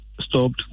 stopped